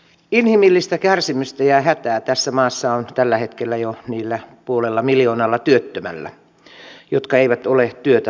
inhimillistä kärsimystä ja hätää tässä maassa on tällä hetkellä jo niillä puolella miljoonalla työttömällä jotka eivät ole työtä saaneet